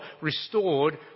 restored